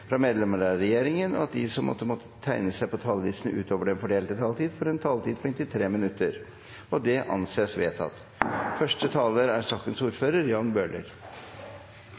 fra medlemmer av regjeringen, og at de som måtte tegne seg på talerlisten utover den fordelte taletid, får en taletid på inntil 3 minutter. – Det anses vedtatt. Dette er